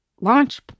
launch